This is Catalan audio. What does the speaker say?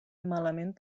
malament